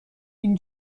این